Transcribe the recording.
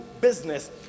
business